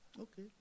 Okay